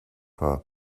her